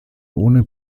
ohne